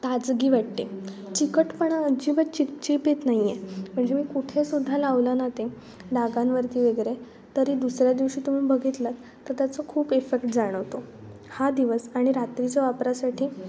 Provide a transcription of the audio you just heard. ताजगी वाटते चिकटपणा अजिबात चिक चिप येत नाही आहे म्हणजे मी कुठेसुद्धा लावलं ना ते डागांवरती वगैरे तरी दुसऱ्या दिवशी तुम्ही बघितलात तर त्याचं खूप इफेक्ट जाणवतो हा दिवस आणि रात्रीच्या वापरासाठी